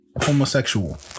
homosexual